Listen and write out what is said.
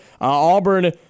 Auburn